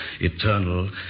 eternal